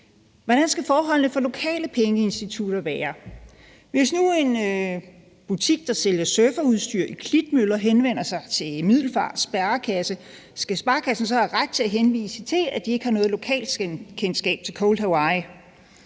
Hvordan skal forholdene for lokale pengeinstitutter være? Hvis nu en butik, der sælger surferudstyr i Klitmøller, henvender sig til Middelfart Sparekasse, skal sparekassen så have ret til at henvise til, at de ikke har noget lokalkendskab til Cold Hawaii?